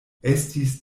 estis